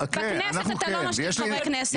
בכנסת אתה לא משתיק חברי כנסת.